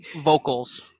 vocals